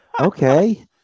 Okay